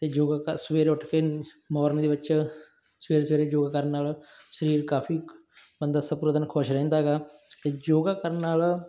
ਅਤੇ ਯੋਗਾ ਕਰ ਸਵੇਰੇ ਉੱਠ ਕੇ ਮੋਰਨਿੰਗ ਦੇ ਵਿੱਚ ਸਵੇਰੇ ਸਵੇਰੇ ਯੋਗਾ ਕਰਨ ਨਾਲ ਸਰੀਰ ਕਾਫੀ ਬੰਦਾ ਖੁਸ਼ ਰਹਿੰਦਾ ਹੈਗਾ ਅਤੇ ਯੋਗਾ ਕਰਨ ਨਾਲ